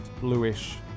bluish